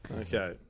Okay